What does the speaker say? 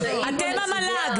אתם המל"ג.